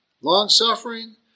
long-suffering